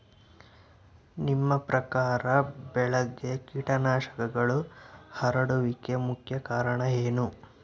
ನಿಮ್ಮ ಪ್ರಕಾರ ಬೆಳೆಗೆ ಕೇಟನಾಶಕಗಳು ಹರಡುವಿಕೆಗೆ ಮುಖ್ಯ ಕಾರಣ ಏನು?